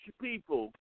people